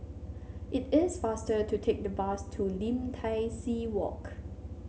it is faster to take the bus to Lim Tai See Walk